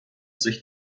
sich